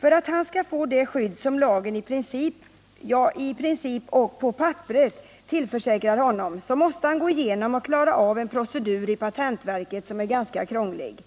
För att han skall få det skydd som lagen i princip —-ja, i princip och på papperet —tillförsäkrar honom, måste han gå genom och klara av en procedur i patentverket, som är ganska krånglig,